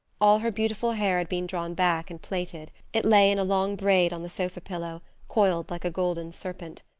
all her beautiful hair had been drawn back and plaited. it lay in a long braid on the sofa pillow, coiled like a golden serpent.